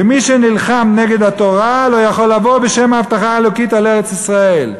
ומי שנלחם נגד התורה לא יכול לבוא בשם ההבטחה האלוקית על ארץ-ישראל.